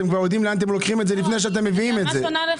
לפני שאתם מביאים את זה,